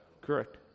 Correct